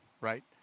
right